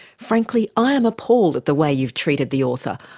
frankly, i am appalled at the way you have treated the author.